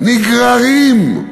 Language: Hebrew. נגררים.